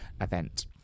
event